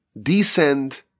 descend